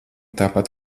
tāpat